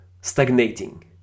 stagnating